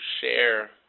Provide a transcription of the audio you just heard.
share